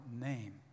name